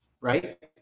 right